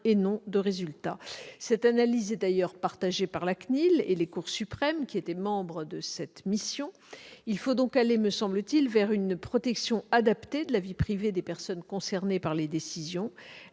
et non de résultat. Cette analyse est approuvée par la CNIL et par les cours suprêmes, qui ont concouru à cette mission. Il faut donc aller, me semble-t-il, vers une protection adaptée de la vie privée des personnes concernées par les décisions